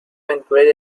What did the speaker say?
aventurera